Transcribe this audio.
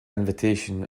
invitation